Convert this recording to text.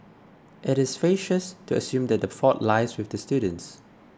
it is facetious to assume that the fault lies with the students